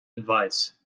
advice